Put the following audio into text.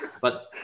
but-